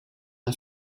een